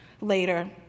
later